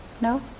no